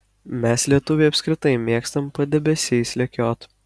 mes lietuviai apskritai mėgstam padebesiais lekiot